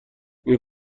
این